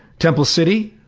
temple city.